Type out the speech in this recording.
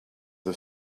the